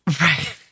Right